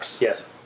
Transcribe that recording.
Yes